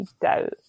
doubt